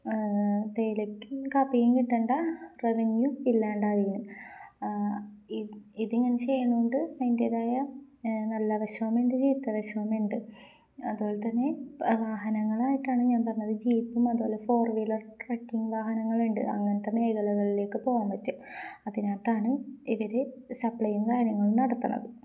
തേയിലക്ക് കാപ്പിയം കിട്ടണ്ട റെവന്യൂ ഇല്ലാണ്ടാവീന് ഇതിങ്ങനെ ചെയ്യണോണ്ട് അതിൻ്റേതായ നല്ല വിെഷമുണ്ട് ജീവിത്ത വിഷമണ്ട് അതുപോലെ തന്നെ വാഹനങ്ങളായിട്ടാണ് ഞാൻ പറഞ്ഞത് ജീപ്പും അതുപോലെ ഫോർ വീലർ ട്രക്കിങ്ങ് വാഹനങ്ങളുണ്ട് അങ്ങനത്തെ മേഖലകളിലേക്ക് പോവാൻ പറ്റും അതിനാത്താണ് ഇവര് സപ്ലൈയും കാര്യങ്ങളും നടത്തണത്